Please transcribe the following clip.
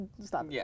stop